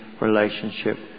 relationship